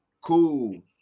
Cool